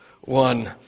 one